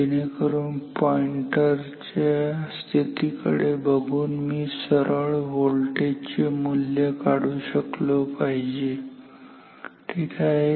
जेणेकरून या पॉईंटर च्या स्थितीकडे बघुन मी सरळ व्होल्टेज चे मूल्य काढू शकलो पाहिजे ठीक आहे